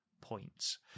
points